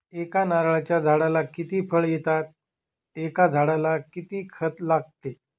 एका नारळाच्या झाडाला किती फळ येतात? एका झाडाला किती खत लागते?